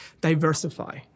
diversify